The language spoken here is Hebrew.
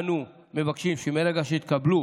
אנו מבקשים שמרגע שהתקבלו